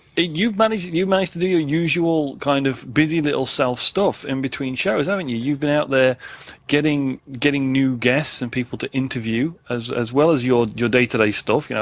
ah you've managed you've managed to do your usual kind of busy little self stuff in-between shows, haven't i mean you? you've been out there getting getting new guests and people to interview, as as well as your your database stuff. you know